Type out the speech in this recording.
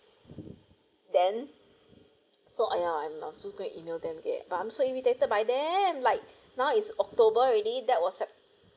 then so !aiya! I'm I just gonna email them that but I'm so irritated by them like now is october already that was sept~